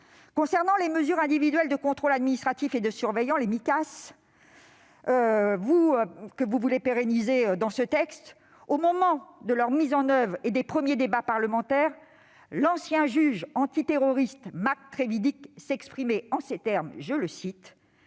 Concernant les mesures individuelles de contrôle administratif et de surveillance, les Micas, que vous souhaitez pérenniser, au moment de leur mise en oeuvre et des premiers débats parlementaires, l'ancien juge antiterroriste, Marc Trévidic, s'exprimait en ces termes :« Face